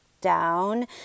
down